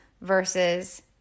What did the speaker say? versus